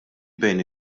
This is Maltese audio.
bejn